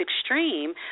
extreme